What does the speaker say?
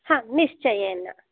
हा निश्चयेन